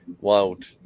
wild